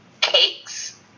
cakes